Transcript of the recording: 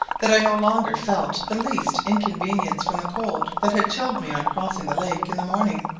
that i no longer felt the least inconvenience from the cold that had chilled me on crossing the lake in the morning.